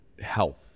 health